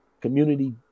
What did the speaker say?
community